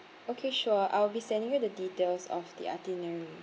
okay sure I will be sending you the details of the itinerary